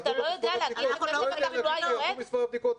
כי ירדו פה מספר הבדיקות.